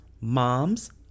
moms